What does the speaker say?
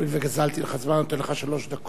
הואיל וגזלתי לך זמן אני נותן לך שלוש דקות,